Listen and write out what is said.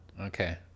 Okay